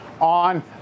on